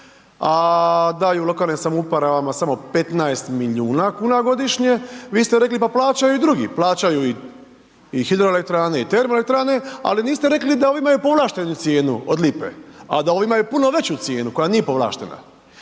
a daju lokalne samoupravama samo 15 milijuna kuna godišnje. Vi ste rekli pa plaćaju i drugi, plaćaju i hidroelektrane i termoelektrane, ali niste rekli da ovi imaju povlaštenu cijenu od lipe, a da ovi imaju puno veću cijenu, koja nije povlaštena.